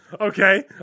okay